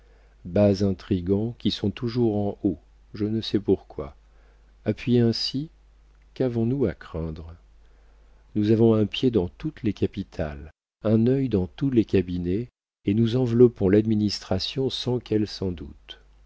bas intrigants qui sont toujours en haut je ne sais pourquoi appuyés ainsi qu'avons-nous à craindre nous avons un pied dans toutes les capitales un œil dans tous les cabinets et nous enveloppons l'administration sans qu'elle s'en doute